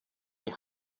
die